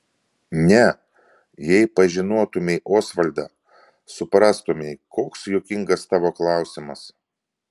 ne jei pažinotumei osvaldą suprastumei koks juokingas tavo klausimas